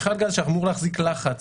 מכל גז שאמור להחזיק לחץ,